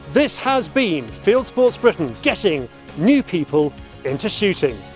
this has been fieldsports britain, getting new people into shooting.